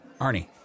Arnie